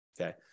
okay